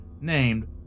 named